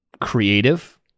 creative